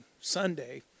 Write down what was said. Sunday